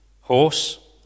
horse